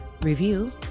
review